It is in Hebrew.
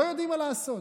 לא יודעים מה לעשות.